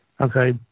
Okay